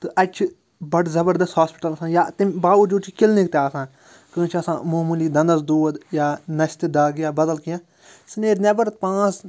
اَتہِ چھِ بَڑٕ زَبَردَس ہاسپِٹَل آسان یا تَمہِ باوَجوٗد چھِ کِلنِک تہِ آسان کٲنٛسہِ چھِ آسان موموٗلی دَنٛدَس دود یا نَستہِ دگ یا بَدَل کیٚنٛہہ سُہ نیرِ نٮ۪بَر پانٛژھ